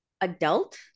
adult